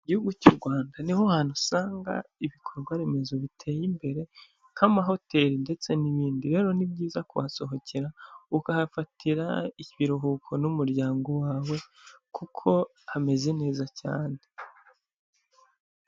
Mu gihugu cy'u Rwanda niho hantu usanga ibikorwa remezo biteye imbere nk'amahoteri ndetse n'ibindi, rero ni byiza kuhasohokera ukahafatira ikiruhuko n'umuryango wawe kuko hameze neza cyane.